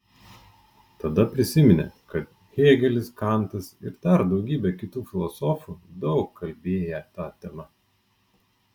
tada prisiminė kad hėgelis kantas ir dar daugybė kitų filosofų daug kalbėję ta tema